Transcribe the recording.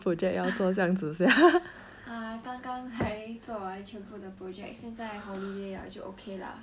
uh 刚刚还做完全部的 project 现在 holiday 了就 okay 啦